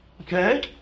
Okay